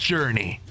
Journey